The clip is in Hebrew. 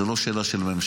זו לא שאלה של ממשלה.